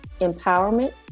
empowerment